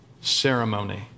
ceremony